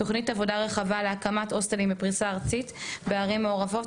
תוכנית עבודה רחבה להקמת הוסטלים בפריסה ארצית בערים מעורבות,